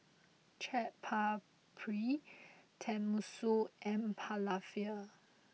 Chaat Papri Tenmusu and Falafel